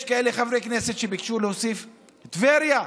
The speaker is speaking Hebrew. ויש חברי כנסת שביקשו להוסיף את טבריה,